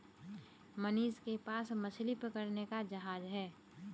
मनीष के पास मछली पकड़ने का जहाज है